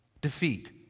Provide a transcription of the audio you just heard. defeat